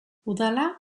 udala